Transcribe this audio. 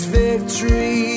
victory